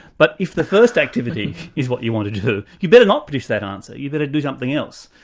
but if the first activity is what you want to do, you'd better not produce that answer, you'd better do something else.